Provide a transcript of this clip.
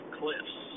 cliffs